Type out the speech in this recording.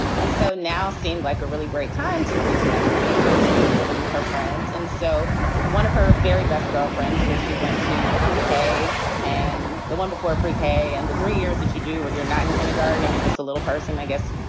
and so now seemed like a really great time to reconnect naima to some of her friends. and so one of her very best girlfriends who she went to pre-k and the one before pre-k and the three years that you do when you're not in kindergarten and you're just a little person, i guess,